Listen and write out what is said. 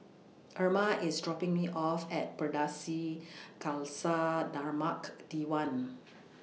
Erma IS dropping Me off At Pardesi Khalsa Dharmak Diwan